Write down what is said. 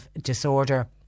Disorder